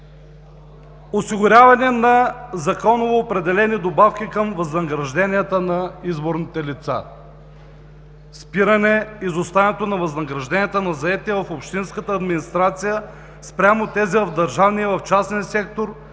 осигуряване на законово определени добавки към възнагражденията на изборните лица; спиране изоставането на възнагражденията на заети в общинската администрация спрямо тези в държавния, в частния сектор